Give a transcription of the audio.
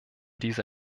diese